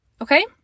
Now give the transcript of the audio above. Okay